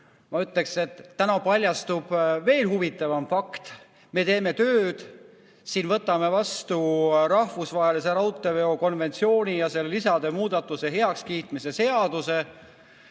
ma ütleksin, et täna paljastub veel huvitavam fakt. Me teeme siin tööd, võtame vastu rahvusvahelise raudteeveo konventsiooni ja selle lisade muudatuste heakskiitmise seaduse.